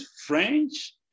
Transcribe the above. French